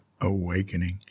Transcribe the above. awakening